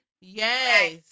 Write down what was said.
Yes